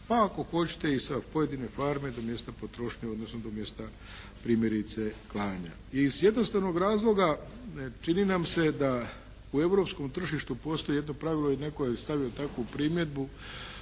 pa ako hoćete i sa pojedine farme do mjesta potrošnje odnosno do mjesta primjerice klanja. I iz jednostavnog razloga čini nam se da u europskom tržištu postoji jedno pravilo i netko je stavio takvu primjedbu